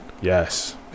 Yes